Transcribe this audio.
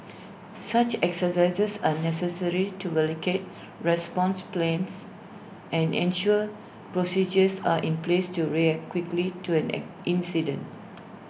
such exercises are necessary to validate response plans and ensure procedures are in place to react quickly to an an incident